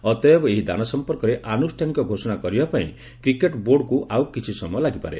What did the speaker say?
ଅତଏବ ଏହି ଦାନ ସଂପର୍କରେ ଆନୁଷ୍ଠାନିକ ଘୋଷଣା କରିବା ପାଇଁ କ୍ରିକେଟ୍ ବୋର୍ଡକୁ ଆଉ କିଛି ସମୟ ଲାଗିପାରେ